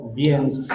więc